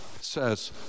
says